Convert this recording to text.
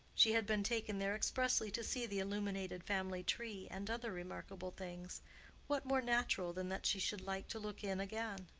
she had been taken there expressly to see the illuminated family tree, and other remarkable things what more natural than that she should like to look in again?